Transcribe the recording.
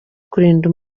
kurinda